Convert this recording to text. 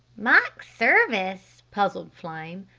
mock service? puzzled flame.